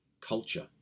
Culture